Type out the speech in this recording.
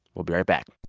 we'll be right back